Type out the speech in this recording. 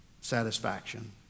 satisfaction